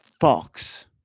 Fox